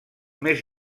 més